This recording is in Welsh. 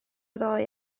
ddoe